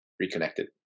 Reconnected